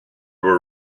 were